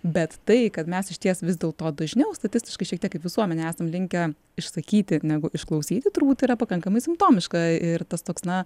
bet tai kad mes išties vis dėl to dažniau statistiškai šiek tiek kaip visuomenė esam linkę išsakyti negu išklausyti turbūt tai yra pakankamai simptomiška ir tas toks na